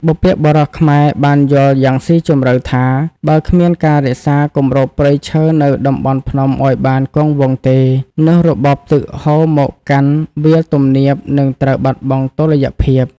បុព្វបុរសខ្មែរបានយល់យ៉ាងស៊ីជម្រៅថា បើគ្មានការរក្សាគម្របព្រៃឈើនៅតំបន់ភ្នំឱ្យបានគង់វង្សទេ នោះរបបទឹកហូរមកកាន់វាលទំនាបនឹងត្រូវបាត់បង់តុល្យភាព។